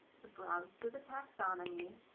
to browse through the taxonomy,